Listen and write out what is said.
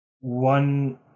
one